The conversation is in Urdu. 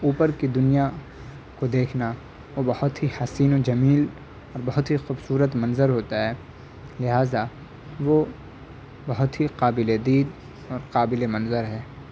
اوپر کی دنیا کو دیکھنا وہ بہت ہی حسین و جمیل بہت ہی خوبصورت منظر ہوتا ہے لہٰذا وہ بہت ہی قابل دید اور قابل منظر ہے